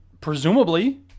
presumably